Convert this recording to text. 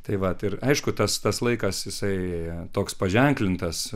tai vat ir aišku tas tas laikas jisai toks paženklintas